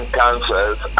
cancers